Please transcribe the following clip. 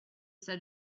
said